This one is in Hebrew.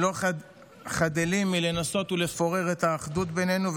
שלא חדלים מלנסות ולפורר את האחדות בינינו,